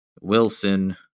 Wilson